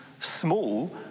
small